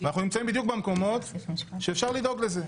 אנחנו נמצאים בדיוק במקומות שאפשר לדאוג לזה.